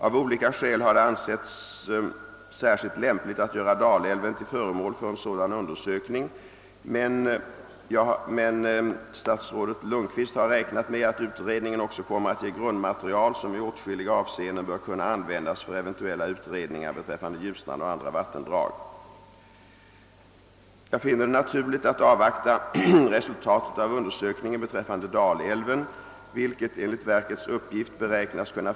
Av olika skäl har det ansetts särskilt lämpligt att göra Dalälven till föremål för en sådan undersökning men statsrådet Lundkvist har räknat med att utredningen också kommer att ge ett grundmaterial som i åtskilliga avseenden bör kunna användas för eventuella utredningar beträffande Ljusnan och andra vattendrag. Jag finner det naturligt att avvakta resultatet av undersökningen beträffande Dalälven — vilket enligt verkets uppgift beräknas kunna.